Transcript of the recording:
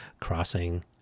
crossing